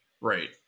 Right